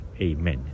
Amen